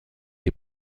des